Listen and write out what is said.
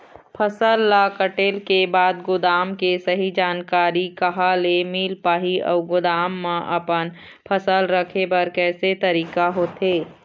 फसल ला कटेल के बाद गोदाम के सही जानकारी कहा ले मील पाही अउ गोदाम मा अपन फसल रखे बर कैसे तरीका होथे?